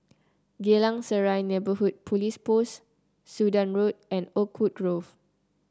Geylang Serai Neighbourhood Police Post Sudan Road and Oakwood Grove